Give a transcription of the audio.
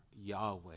yahweh